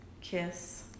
kiss